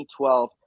2012